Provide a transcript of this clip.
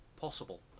possible